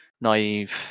naive